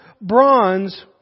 bronze